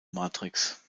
matrix